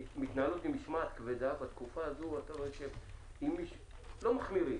עם משמעת כבדה, בתקופה הזאת אתה רואה שלא מחמירים.